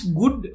good